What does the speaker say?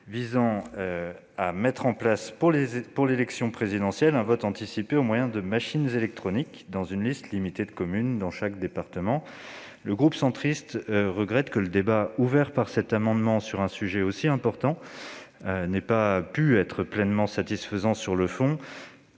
visant à mettre en place pour l'élection présidentielle un vote anticipé au moyen de machines électroniques dans une liste limitée de communes dans chaque département. Le groupe centriste regrette que le débat ouvert par cet amendement sur un sujet aussi important n'ait pas pu être pleinement satisfaisant sur le fond.